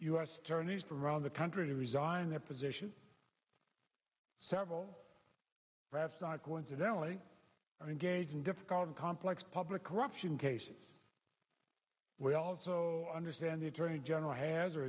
s attorneys from around the country to resign their position several perhaps not coincidentally engage in difficult complex public corruption cases we also understand the attorney general has or